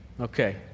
Okay